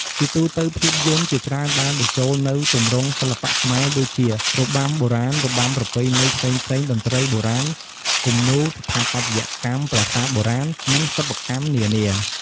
ជាទូទៅភាពយន្តជាច្រើនបានបញ្ចូលនូវទម្រង់សិល្បៈខ្មែរដូចជា របាំអប្សរា របាំប្រពៃណីផ្សេងៗ តន្ត្រីបុរាណ គំនូរ ស្ថាបត្យកម្មប្រាសាទបុរាណ និងសិប្បកម្មនានា ។